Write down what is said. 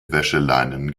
wäscheleinen